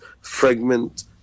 fragment